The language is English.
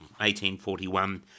1841